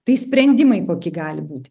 tai sprendimai kokie gali būti